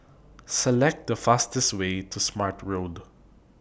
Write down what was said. Select The fastest Way to Smart Road